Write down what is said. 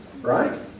Right